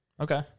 okay